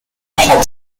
hot